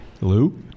lou